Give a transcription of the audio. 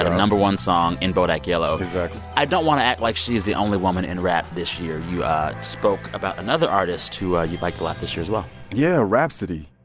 had a no. one song in bodak yellow. exactly i don't want to act like she's the only woman in rap this year. you ah spoke about another artist who ah you liked a lot this year as well yeah, rapsody